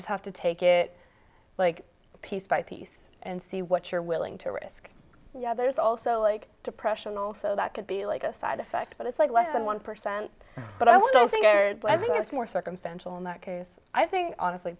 just have to take it like piece by piece and see what you're willing to risk yeah there's also like depression also that could be like a side effect but it's like less than one percent but i don't think i think it's more circumstantial in that case i think honestly